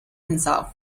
himself